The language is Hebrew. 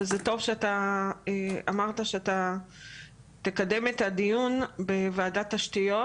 וזה טוב שאמרת שאתה תקדם את הדיון בוועדת תשתיות,